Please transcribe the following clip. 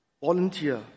volunteer